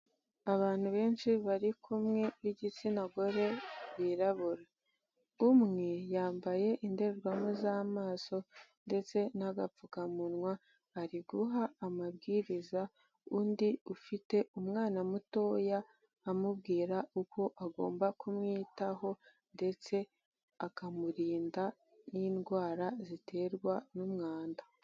Abantu benshi bari kumwe b'igitsina gore birabura. Umwe yambaye indorerwamo z'amaso ndetse n'agapfukamunwa, ari guha amabwiriza undi ufite umwana mutoya, amubwira uko agomba kumwitaho ndetse akamurinda n'indwara ziterwa n'umwanda.